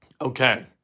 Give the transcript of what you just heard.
Okay